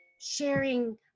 sharing